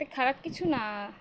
খারাপ কিছু না